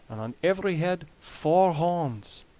and on every head four horns.